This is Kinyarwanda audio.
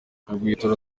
uguhwitura